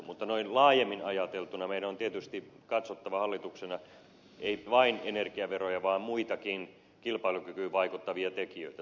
mutta noin laajemmin ajateltuna meidän on tietysti katsottava hallituksena ei vain energiaveroja vaan muitakin kilpailukykyyn vaikuttavia tekijöitä